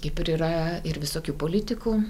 kaip ir yra ir visokių politikų